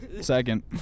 Second